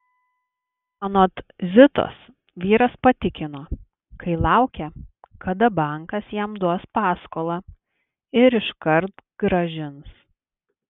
anot zitos vyras patikino kai laukia kada bankas jam duos paskolą ir iškart grąžins